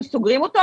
אנחנו סוגרים אותו,